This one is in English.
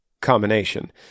combination